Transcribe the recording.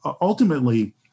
ultimately